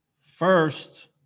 First